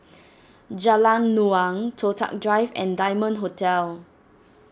Jalan Naung Toh Tuck Drive and Diamond Hotel